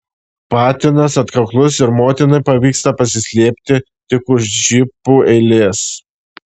patinas atkaklus ir motinai pavyksta pasislėpti tik už džipų eilės